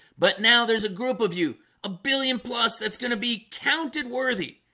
but now there's a group of you a billion. plus that's going to be counted worthy.